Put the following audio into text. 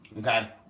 Okay